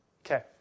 Okay